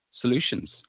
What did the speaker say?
solutions